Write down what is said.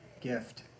gift